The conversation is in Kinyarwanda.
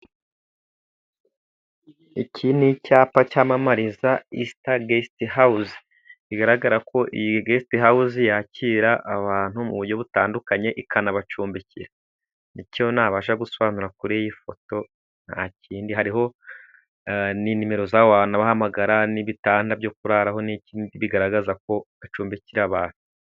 Iki ni icyapa cyamamariza istagesti hawuzi, bigaragara ko iyi gesti hawuzi yakira abantu mu buryo butandukanye, ikanabacumbikira ni cyo nabasha gusobanura kuri iyi foto nta kindi, hariho na nimero z'abantu bahamagara n'ibitanda byo kurararaho, bigaragaza ko bacumbikira abantu.